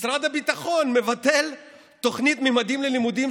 משרד הביטחון מבטל את התוכנית ממדים ללימודים,